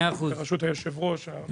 בראשות היושב ראש.